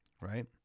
Right